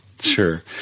Sure